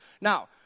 now